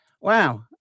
wow